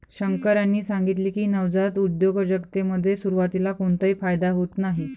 शंकर यांनी सांगितले की, नवजात उद्योजकतेमध्ये सुरुवातीला कोणताही फायदा होत नाही